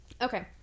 Okay